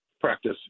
practice